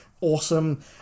awesome